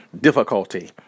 difficulty